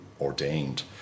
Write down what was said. ordained